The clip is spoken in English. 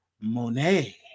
Monet